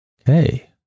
Okay